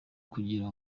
kugira